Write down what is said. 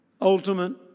ultimate